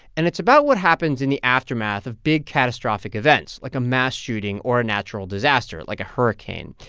and it's about what happens in the aftermath of big, catastrophic events, like a mass shooting or a natural disaster, like a hurricane.